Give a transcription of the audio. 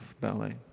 ballet